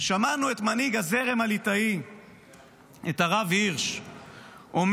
שמענו את מנהיג הזרם הליטאי הרב הירש אומר